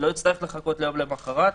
לא יצטרך לחכות ליום למחרת.